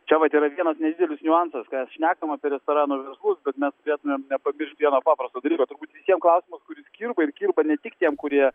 čia vat yra vienas nedidelis niuansas kad šnekam apie restoranų verslus bet mes turėtumėm nepamiršt vieno paprasto dalyko turbūt visiem klausimas kuris kirba ir kirba ne tik tiem kurie